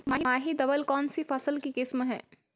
माही धवल कौनसी फसल की किस्म है?